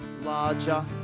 larger